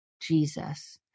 Jesus